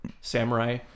samurai